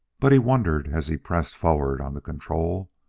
but he wondered, as he pressed forward on the control,